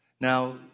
Now